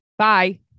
Bye